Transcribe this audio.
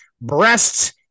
breasts